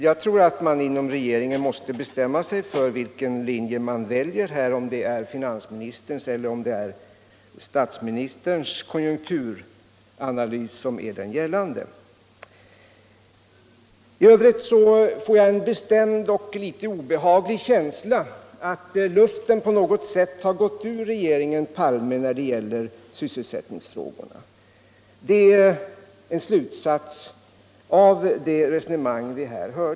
Jag tror att man inom regeringen måste bestämma sig för vilken linje man väljer, om det är finansministerns eller statsministerns konjunkturanalys som är den gällande. I övrigt får jag en bestämd känsla av att luften på något sätt har gått ur regeringen Palme när det gäller sysselsättningsfrågorna. Det är en slutsats av det resonemang vi här hört.